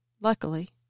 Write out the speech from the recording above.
Luckily